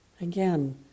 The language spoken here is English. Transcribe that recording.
Again